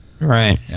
Right